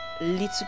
little